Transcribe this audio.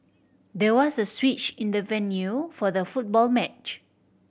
there was a switch in the venue for the football match